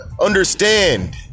understand